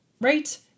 Right